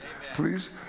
Please